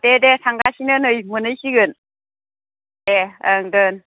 दे दे थांगासिनो नै मोनहैसिगोन दे ओं दोन